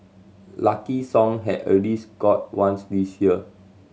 Lucky Song had already scored once this year